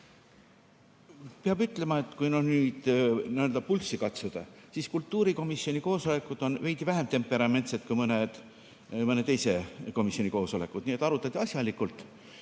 Peab ütlema, et kui nüüd pulssi katsuda, siis kultuurikomisjoni koosolekud on veidi vähem temperamentsed kui mõne teise komisjoni koosolekud. Nii et arutati asjalikult